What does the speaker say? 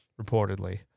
Reportedly